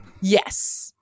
Yes